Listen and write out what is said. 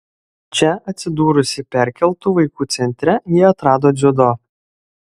čia atsidūrusi perkeltų vaikų centre ji atrado dziudo